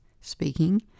speaking